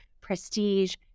prestige